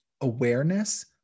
Awareness